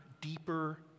deeper